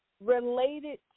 related